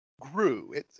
grew